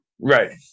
Right